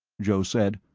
joe said,